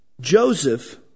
Joseph